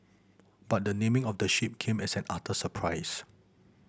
but the naming of the ship came as an utter surprise